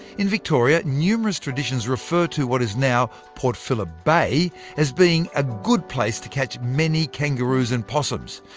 in victoria, numerous traditions refer to, what is now, port philip bay as being a good place to catch many kangaroos and possums.